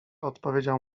odpowiedział